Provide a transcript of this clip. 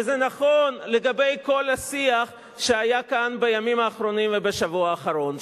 וזה נכון לגבי כל השיח שהיה כאן בימים האחרונים ובשבוע האחרון.